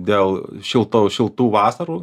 dėl šilto šiltų vasarų